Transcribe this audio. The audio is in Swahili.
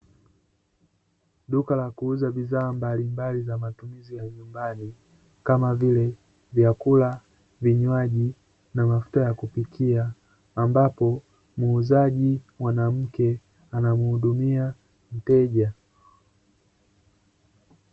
Duka la kuuza budhaa mbalimbali za matumizi ya nyumbani kama vile vyakula, vinywaji na mafuta ya kupikia. Ambapo muuzaji mwanamke anamuhudumia mteja.